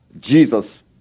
Jesus